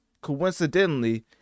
Coincidentally